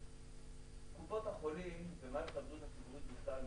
קופות החולים ומערכת הבריאות הציבורית בכלל,